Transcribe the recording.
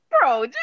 Bro